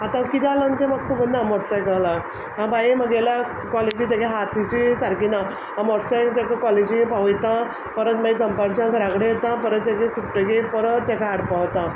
आतां किद्या लागून तें म्हाक खबर ना मॉटरसायकल ला हांव बाये म्हगेल्या कॉलेजी तेगे हातीचे सारके ना हांव मॉटरसायकल तेका कॉलेजी पावयता परत माय दनपारचें हांव घरा कडे येता परत तेगे सुट्टगीर परत तेका हाडपा वता